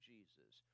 Jesus